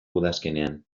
udazkenean